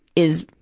is,